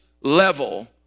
level